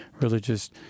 religious